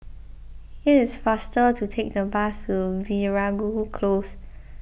it is faster to take the bus to Veeragoo Close